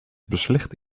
beslecht